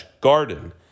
garden